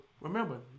remember